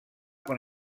con